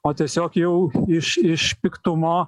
o tiesiog jau iš iš piktumo